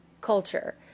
culture